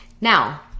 now